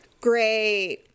great